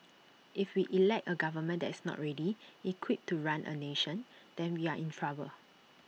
if we elect A government that is not ready equipped to run A nation then we are in trouble